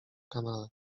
kanale